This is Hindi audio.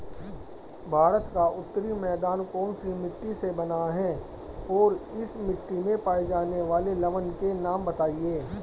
भारत का उत्तरी मैदान कौनसी मिट्टी से बना है और इस मिट्टी में पाए जाने वाले लवण के नाम बताइए?